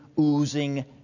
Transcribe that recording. oozing